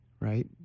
right